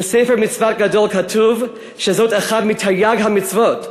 ב"ספר מצוות גדול" כתוב שזאת אחת מתרי"ג המצוות,